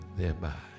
thereby